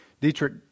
Dietrich